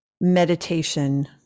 meditation